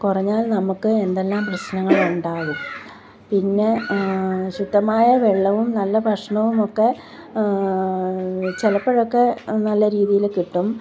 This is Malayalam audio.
കുറഞ്ഞാൽ നമുക്ക് എന്തെല്ലാം പ്രശ്നങ്ങളുണ്ടാകും പിന്നെ ശുദ്ധമായ വെള്ളവും നല്ല ഭക്ഷണവും ഒക്കെ ചിലപ്പോഴൊക്കെ നല്ല രീതിയിൽ കിട്ടും